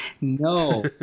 No